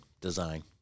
design